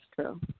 true